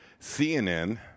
CNN